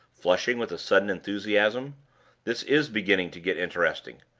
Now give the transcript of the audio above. flushing with a sudden enthusiasm this is beginning to get interesting.